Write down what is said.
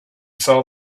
saw